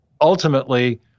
ultimately